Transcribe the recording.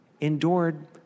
endured